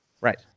Right